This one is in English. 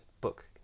book